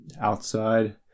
outside